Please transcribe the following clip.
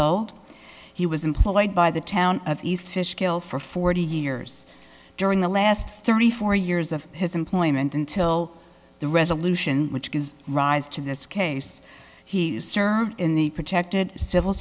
old he was employed by the town of east fishkill for forty years during the last thirty four years of his employment until the resolution which gives rise to this case he served in the protected civil